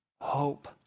hope